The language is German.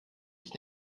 ich